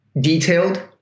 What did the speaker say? detailed